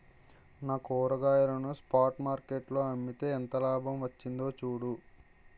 నా కూరగాయలను spot market లో అమ్మితే ఎంత లాభం వచ్చిందో చూడు